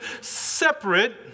separate